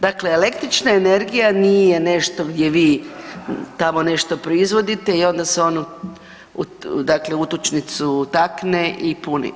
Dakle, električna energija nije nešto gdje vi tamo nešto proizvodite i onda se ono dakle u utičnicu utakne i puni.